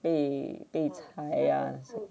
被被猜啊